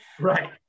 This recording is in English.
Right